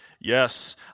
Yes